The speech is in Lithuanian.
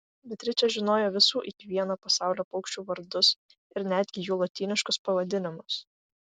beatričė žinojo visų iki vieno pasaulio paukščių vardus ir netgi jų lotyniškus pavadinimus